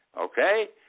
okay